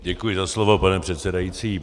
Děkuji za slovo, pane předsedající.